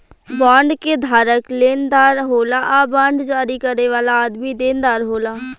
bond के धारक लेनदार होला आ बांड जारी करे वाला आदमी देनदार होला